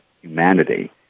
humanity